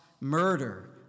murder